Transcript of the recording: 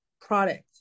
product